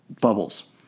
bubbles